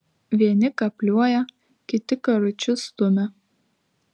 vieni kapliuoja kiti karučius stumia